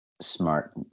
smart